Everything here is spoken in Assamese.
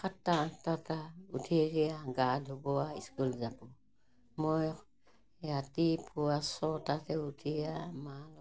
সাতটা আঠটাটা উঠিয়েকি আৰু গা ধুব আৰু স্কুল যাব মই ৰাতিপুৱা ছটাতে উঠি আৰু মা